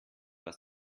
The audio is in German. dass